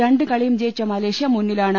രണ്ട് കളിയും ജയിച്ച മലേഷ്യ മുന്നിലാണ്